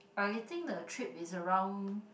I think the trip is around